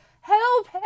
help